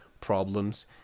problems